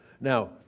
now